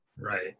Right